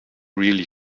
really